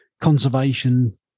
conservation